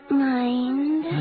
mind